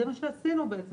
זה מה שעשינו בעצם,